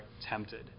tempted